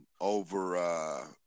over